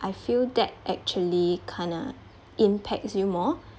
I feel that actually kind of impacts you more